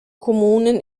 kommunen